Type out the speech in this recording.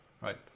right